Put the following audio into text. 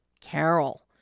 Carol